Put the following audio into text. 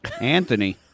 Anthony